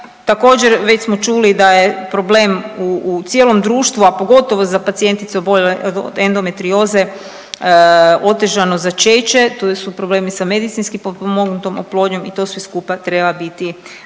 Također već smo čuli da je problem u cijelom društvu, a pogotovo za pacijentice oboljele od endometrioze otežano začeće, tu su problemi sa medicinski potpomognutom oplodnjom i to sve skupa treba biti